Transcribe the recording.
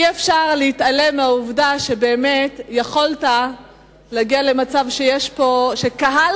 אי-אפשר להתעלם מהעובדה שבאמת יכולת להגיע למצב שקהל